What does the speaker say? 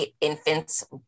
infants